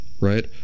right